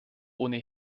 ohne